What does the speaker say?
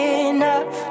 enough